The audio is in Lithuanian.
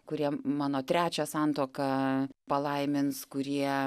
kurie mano trečią santuoką palaimins kurie